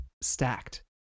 stacked